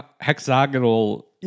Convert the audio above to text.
hexagonal